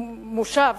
המושב